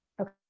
okay